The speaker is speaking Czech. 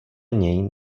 něj